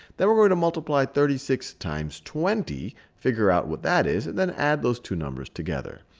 then we're going to multiply thirty six times twenty, figure out what that is, and then add those two numbers together.